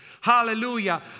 Hallelujah